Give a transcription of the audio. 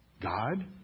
God